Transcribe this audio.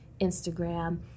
Instagram